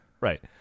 Right